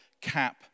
cap